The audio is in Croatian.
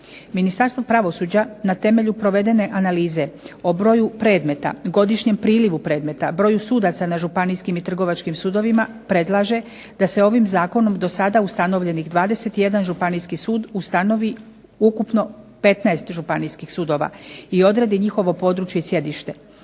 Ministarstvo pravosuđa na temelju provedene analize o broju predmeta, godišnjem prilivu prilivu predmeta, broju sudaca na županijskim i trgovačkim sudovima predlaže da se ovim zakonom do sada ustanovljeni 21 županijski sud ustanovi ukupno 15 županijskih sudova i odredi njihovo područje i sjedište,